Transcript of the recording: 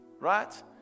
Right